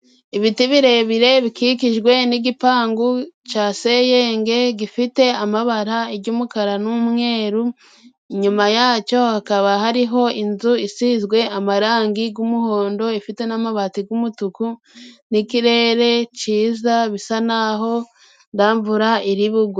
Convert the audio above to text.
Ibiti birebire bikikijwe n'igipangu cya senyenge gifite amabara y'umukara n'umweru. Inyuma yacyo hakaba hariho inzu isizwe amarangi y'umuhondo, ifite n'amabati y'umutuku n'ikirere cyiza bisa n'aho nta mvura iri bugwe.